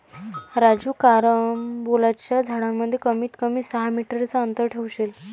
राजू कारंबोलाच्या झाडांमध्ये कमीत कमी सहा मीटर चा अंतर ठेवशील